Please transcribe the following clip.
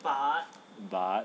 but